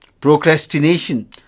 Procrastination